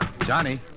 Johnny